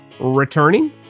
returning